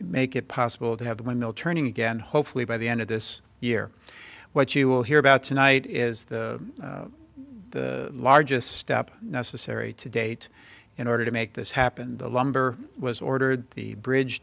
make it possible to have the windmill turning again hopefully by the end of this year what you will hear about tonight is the largest step necessary to date in order to make this happen the lumber was ordered the bridge